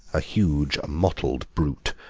a huge mottled brute,